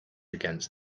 against